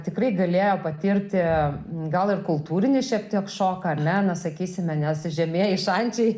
tikrai galėjo patirti gal ir kultūrinį šiek tiek šoką ar ne nes sakysime nes žemieji šančiai